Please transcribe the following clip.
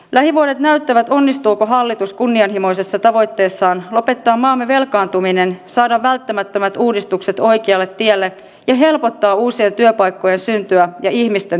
lähivuodet näyttävät onnistuuko hallitus kunnianhimoisessa tavoitteessaan lopettaa maamme velkaantuminen saada välttämättömät uudistukset oikealle tielle ja helpottaa uusien työpaikkojen syntyä ja ihmisten työllistymistä